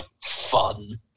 fun